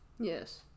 Yes